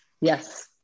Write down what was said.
Yes